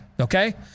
Okay